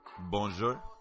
Bonjour